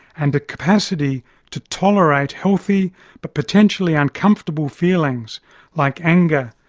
and a capacity to tolerate healthy but potentially uncomfortable feelings like anger,